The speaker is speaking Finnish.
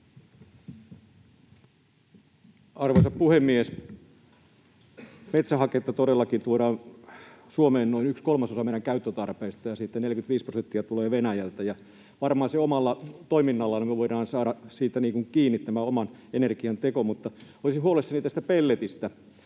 Arvoisa puhemies! Metsähaketta todellakin tuodaan Suomeen noin yksi kolmasosa meidän käyttötarpeista, ja siitä 45 prosenttia tulee Venäjältä, ja varmaan omalla toiminnalla me voidaan saada siitä kiinni tämän oman energian teko. Mutta olisin huolissani pelletistä.